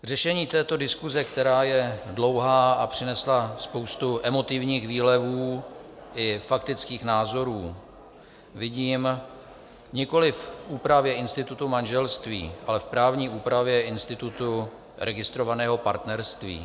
Řešení této diskuze, která je dlouhá a přinesla spoustu emotivních výlevů i faktických názorů, vidím nikoliv v úpravě institutu manželství, ale v právní úpravě institutu registrovaného partnerství.